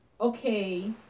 Okay